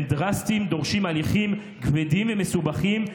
הם דרסטיים, דורשים הליכים כבדים ומסובכים.